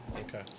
Okay